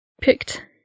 picked